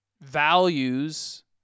values